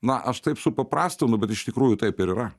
na aš taip supaprastinu bet iš tikrųjų taip ir yra